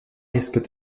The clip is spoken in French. risque